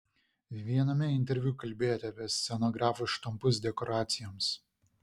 viename interviu kalbėjote apie scenografų štampus dekoracijoms